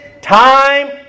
time